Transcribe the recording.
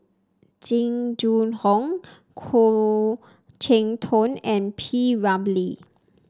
Jing Jun Hong Khoo Cheng Tiong and P Ramlee